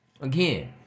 Again